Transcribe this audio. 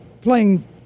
playing